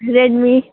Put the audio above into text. Redmi